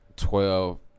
Twelve